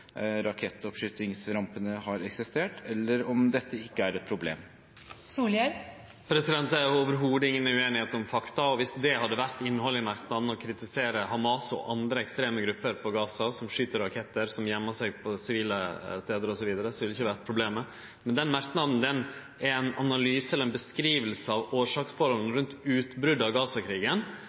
rakettoppskytingsrampene har eksistert, eller om dette ikke er et problem. Det er absolutt inga ueinigheit om fakta. Dersom innhaldet i merknaden hadde vore å kritisere Hamas og andre ekstreme grupper på Gaza som skyt rakettar, som gøymer seg på sivile stader, osv., ville det ikkje vore eit problem. Men merknaden er ei framstilling av årsaksforholda rundt utbrotet av